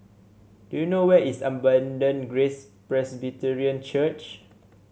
do you know where is Abundant Grace Presbyterian Church